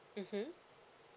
mmhmm